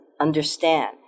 understand